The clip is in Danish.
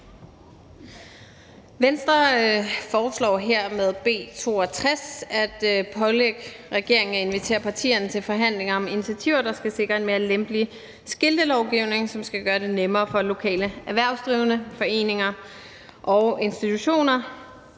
Venstre foreslår her med B 62 at pålægge regeringen at invitere partierne til forhandlinger om initiativer, der skal sikre en mere lempelig skiltelovgivning, som skal gøre det nemmere for lokale erhvervsdrivende, foreninger og institutioner